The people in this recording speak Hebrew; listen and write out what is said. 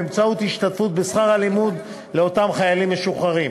ובאמצעות השתתפות בשכר הלימוד לאותם חיילים משוחררים